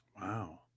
Wow